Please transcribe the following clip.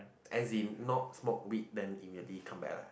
as in not smoke weed then immediately come back lah